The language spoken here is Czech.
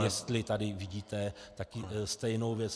Jestli tady vidíte stejnou věc.